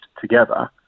together